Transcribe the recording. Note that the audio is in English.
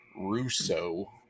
Russo